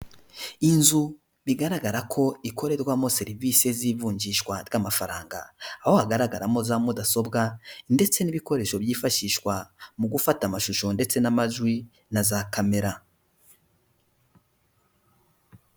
Inzu bigaragara ko ikorerwamo serivisi z'ivunjishwa ry'amafaranga aho hagaragaramo za mudasobwa, ndetse n'ibikoresho byifashishwa mu gufata amashusho ndetse n'amajwi, na za kamera.